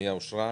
פנייה מס'